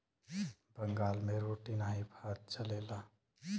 बंगाल मे रोटी नाही भात चलेला